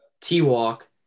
T-Walk